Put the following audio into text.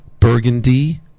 Burgundy